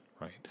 right